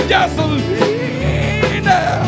Gasoline